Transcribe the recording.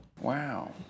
wow